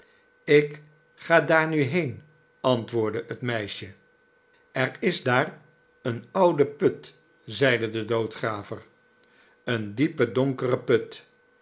ik ga daar nu heen antwoordde het meisje er is daar een oude put zeide de doodgraver een diepe donkere put